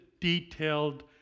detailed